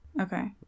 Okay